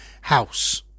House